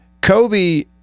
Kobe